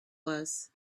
was